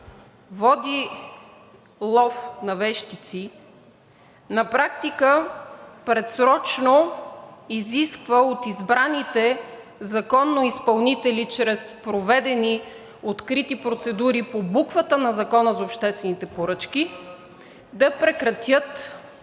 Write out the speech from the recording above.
води лов на вещици, на практика предсрочно изисква от избраните законно изпълнители чрез проведени открити процедури по буквата на Закона за обществените поръчки да прекратят